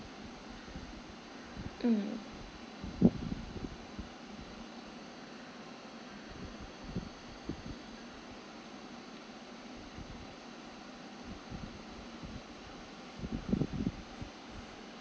mm